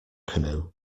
canoe